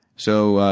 so,